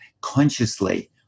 consciously